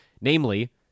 Namely